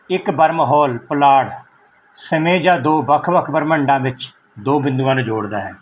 ਇੱਕ ਬਰਮਹੋਲ ਪੁਲਾੜ ਸਮੇਂ ਜਾਂ ਦੋ ਵੱਖ ਵੱਖ ਬ੍ਰਹਿਮੰਡਾਂ ਵਿੱਚ ਦੋ ਬਿੰਦੂਆਂ ਨੂੰ ਜੋੜਦਾ ਹੈ